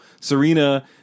Serena